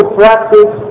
practice